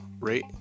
rate